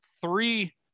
three